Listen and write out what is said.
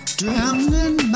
drowning